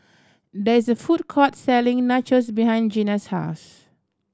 there is a food court selling Nachos behind Gena's house